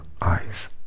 eyes